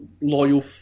loyal